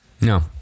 no